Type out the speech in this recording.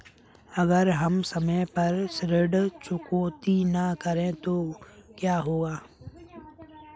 अगर हम समय पर ऋण चुकौती न करें तो क्या होगा?